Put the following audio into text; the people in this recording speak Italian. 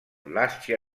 lascia